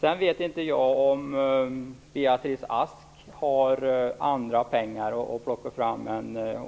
Jag vet inte om Beatrice Ask har andra pengar att plocka fram än de